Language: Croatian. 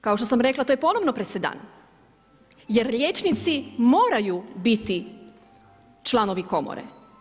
Kao što sam rekla to je ponovo presedan, jer liječnici moraju biti članovi komore.